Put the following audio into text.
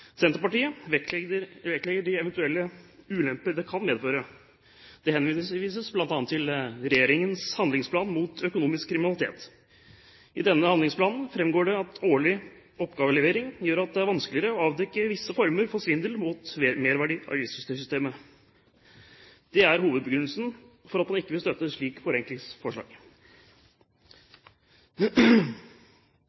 Senterpartiet, vektlegger de eventuelle ulemper det kan medføre. Det henvises bl.a. til regjeringens handlingsplan mot økonomisk kriminalitet. I denne handlingsplanen framgår det at årlig oppgavelevering gjør at det er vanskeligere å avdekke visse former for svindel mot merverdiavgiftssystemet. Det er hovedbegrunnelsen for at man ikke vil støtte et slikt forenklingsforslag.